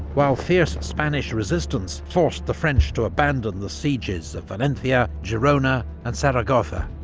while fierce spanish resistance forced the french to abandon the sieges of valencia, girona and zaragoza.